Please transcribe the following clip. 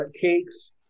cakes